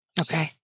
Okay